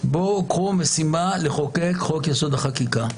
קחו משימה לחוקק את חוק יסוד: החקיקה.